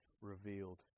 revealed